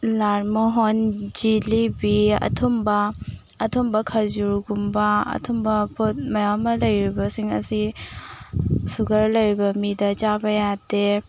ꯂꯥꯜꯃꯣꯍꯣꯜ ꯖꯤꯂꯤꯕꯤ ꯑꯊꯨꯝꯕ ꯑꯊꯨꯝꯕ ꯈꯖꯨꯔ ꯒꯨꯝꯕ ꯑꯊꯨꯝꯕ ꯄꯣꯠ ꯃꯌꯥꯝ ꯑꯃ ꯂꯩꯔꯤꯕꯁꯤꯡ ꯑꯁꯤ ꯁꯨꯒꯔ ꯂꯩꯔꯤꯕ ꯃꯤꯗ ꯆꯥꯕ ꯌꯥꯗꯦ